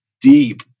deep